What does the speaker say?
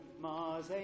Mars